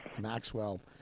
Maxwell